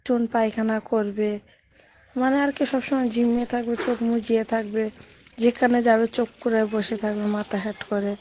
চুন পায়খানা করবে মানে আর কি সবসময় ঝিমিয়ে থাকবে চোখ মুজিয়ে থাকবে যেখানে যাবে চুপ করে বসে থাকবে মাথা হেঁট করে